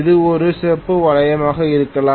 இது ஒரு செப்பு வளையமாக இருக்கலாம்